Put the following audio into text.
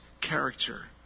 character